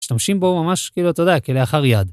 משתמשים בו ממש כאילו, אתה יודע, כלאחר יד.